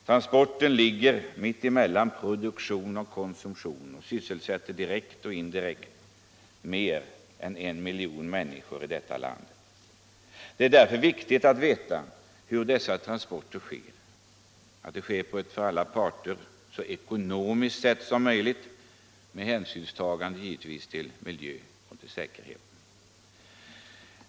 Transportväsendet ligger mitt emellan produktion och konsumtion och sysselsätter direkt och indirekt mer än en miljon människor i detta land. Det är därför viktigt att veta hur transporterna sker — att de sker på ett för alla parter så ekonomiskt sätt som möjligt, med hänsynstagande givetvis till miljö och säkerhet.